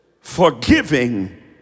forgiving